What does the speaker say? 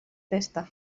festa